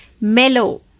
mellow